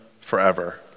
forever